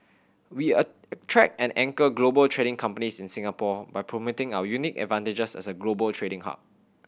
we attract and anchor global trading companies in Singapore by promoting our unique advantages as a global trading hub